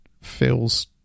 feels